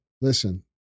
listen